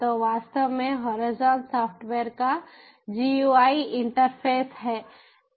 तो वास्तव में होराइज़न सॉफ्टवेयर का GUI इंटरफ़ेस है